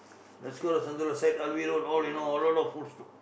Deskar road Syed Alwi side all you know a lot of food stall